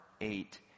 eight